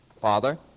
Father